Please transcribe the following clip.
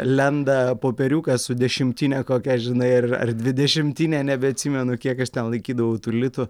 lenda popieriukas su dešimtine kokia žinai ir ar dvidešimtine nebeatsimenu kiek aš ten laikydavau tų litų